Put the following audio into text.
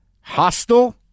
hostile